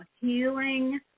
healing